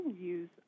use